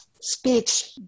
speech